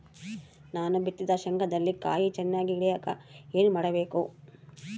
ನಾನು ಬಿತ್ತಿದ ಶೇಂಗಾದಲ್ಲಿ ಕಾಯಿ ಚನ್ನಾಗಿ ಇಳಿಯಕ ಏನು ಮಾಡಬೇಕು?